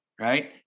Right